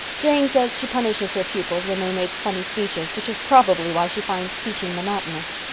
jane says she punishes her pupils when they make funny speeches, which is probably why she finds teaching monotonous.